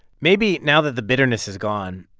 maybe now that the bitterness is gone,